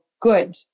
good